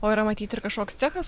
o yra matyt ir kažkoks cechas